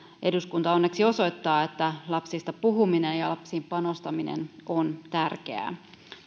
eduskunta onneksi osoittaa että lapsista puhuminen ja lapsiin panostaminen on tärkeää